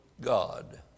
God